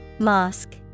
Mosque